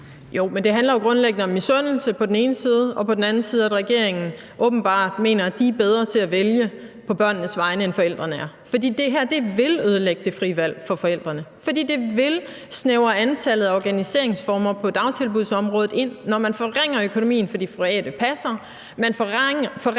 (V): Men det handler jo grundlæggende om misundelse på den ene side og på den anden side om, at regeringen åbenbart mener, at de er bedre til at vælge på børnenes vegne, end forældrene er. For det her vil ødelægge det frie valg for forældrene, for det vil snævre antallet af organiseringsformer på dagtilbudsområdet ind, når man forringer økonomien for de private passere